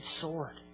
sword